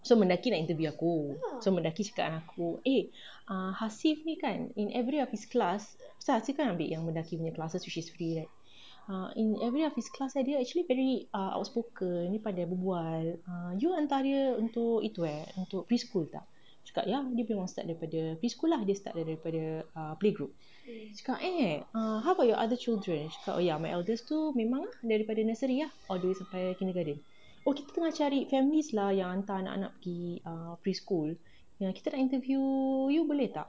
so mendaki nak interview aku so mendaki cakap dengan aku eh hasif ni kan in every of his class pasal hasif kan ambil yang mendaki nya classes which is free right ah in every of his class dia actually very outspoken pandai berbual ah you hantar dia untuk itu eh untuk preschool tak cakap ya dia pernah start daripada preschool lah start daripada play group dia cakap eh how about your other children aku cakap oh ya my eldest tu memang ah daripada nursery ah all the way sampai kindergarten oh kita tengah cari families lah yang hantar anak-anak gi ah preschool kita nak interview you boleh tak